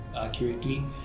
accurately